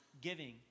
giving